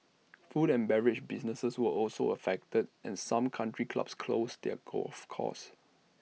food and beverage businesses were also affected and some country clubs closed their golf courses